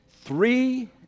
three